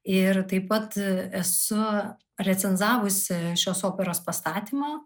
ir taip pat esu recenzavusi šios operos pastatymą